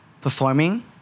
performing